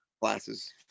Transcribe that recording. Classes